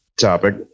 topic